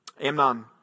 Amnon